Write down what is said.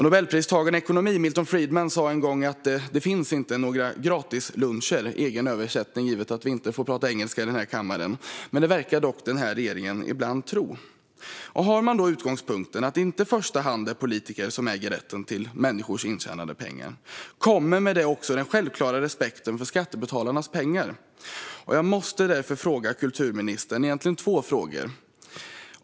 Nobelpristagaren i ekonomi, Milton Friedman, sa en gång att det inte finns några gratisluncher. Det är min egen översättning, givet att vi inte får prata engelska i denna kammare. Men det verkar regeringen ibland tro att det gör. Har man utgångspunkten att det inte i första hand är politiker som äger rätten till människors intjänade pengar kommer med detta också den självklara respekten för skattebetalarnas pengar. Jag måste därför fråga kulturministern två saker.